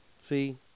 See